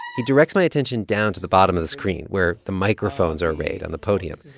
he directs my attention down to the bottom of the screen, where the microphones are arrayed on the podium.